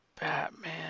Batman